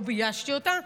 לא ביישתי אותה,